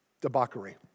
debauchery